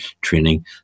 training